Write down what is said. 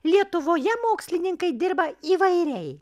lietuvoje mokslininkai dirba įvairiai